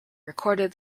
recorded